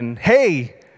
Hey